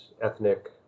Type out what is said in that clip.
ethnic